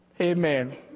Amen